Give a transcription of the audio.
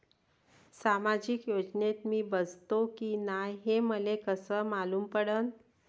सामाजिक योजनेत मी बसतो की नाय हे मले कस मालूम पडन?